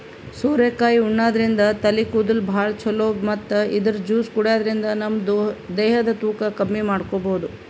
ಸೋರೆಕಾಯಿ ಉಣಾದ್ರಿನ್ದ ತಲಿ ಕೂದಲ್ಗ್ ಭಾಳ್ ಛಲೋ ಮತ್ತ್ ಇದ್ರ್ ಜ್ಯೂಸ್ ಕುಡ್ಯಾದ್ರಿನ್ದ ನಮ ದೇಹದ್ ತೂಕ ಕಮ್ಮಿ ಮಾಡ್ಕೊಬಹುದ್